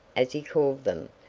as he called them,